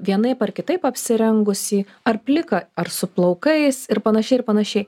vienaip ar kitaip apsirengusį ar pliką ar su plaukais ir panašiai ir panašiai